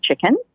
chicken